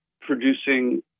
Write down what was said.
producing